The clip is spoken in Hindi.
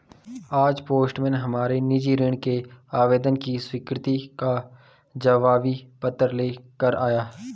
आज पोस्टमैन हमारे निजी ऋण के आवेदन की स्वीकृति का जवाबी पत्र ले कर आया